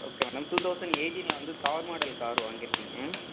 okay madam two thousand எயிட்டீனில் வந்து Thar model car வாங்கிருக்கீங்க